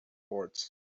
boards